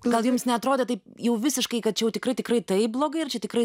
gal jums neatrodė taip jau visiškai kad čia jau tikrai tikrai taip blogai ir čia tikrai